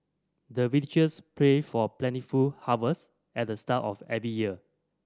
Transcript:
the villagers pray for plentiful harvest at the start of every year